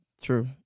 true